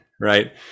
right